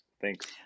Thanks